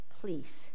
please